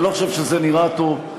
אני לא חושב שזה נראה טוב.